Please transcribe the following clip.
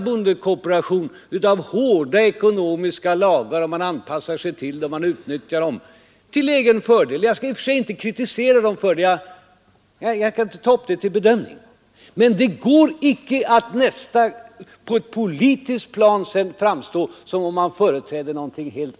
Bondekooperationen styrs av hårda ekonomiska lagar, som man anpassar sig till och utnyttjar till egen fördel. Jag skall inte kritisera detta. Jag kan inte ta upp det till bedömning. Men det går inte att på ett politiskt plan sedan framstå som om man företräder någonting annat.